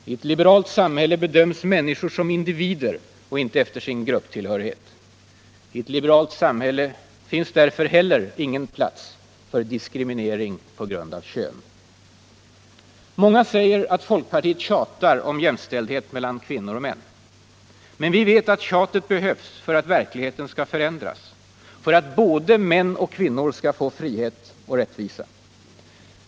I ett liberalt samhälle bedöms människor som individer och inte efter sin grupptillhörighet. I ett liberalt samhälle finns därför heller ingen plats för diskriminering på grund av kön. Många säger att folkpartiet tjatar om jämställdhet mellan kvinnor och män. Men vi vet att tjatet behövs för att verkligheten skall förändras, för att både män och kvinnor skall få frihet och rättvisa.